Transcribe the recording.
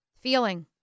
Feeling